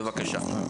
בבקשה.